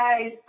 guys